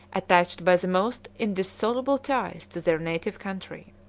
attached by the most indissoluble ties to their native country.